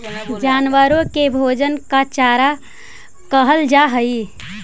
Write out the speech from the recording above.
जानवरों के भोजन को चारा कहल जा हई